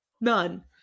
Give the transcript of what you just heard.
none